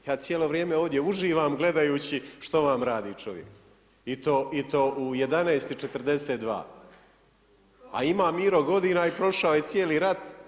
Ja cijelo vrijeme ovdje uživam gledajući što vam radi čovjek i to u 11 i 42, a ima Miro godina i prošao je cijeli rat.